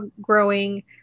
growing